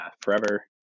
forever